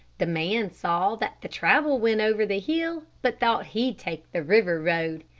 the man saw that the travel went over the hill, but thought he'd take the river road.